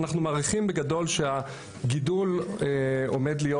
אנחנו מעריכים בגדול שהגידול עומד להיות